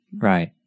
Right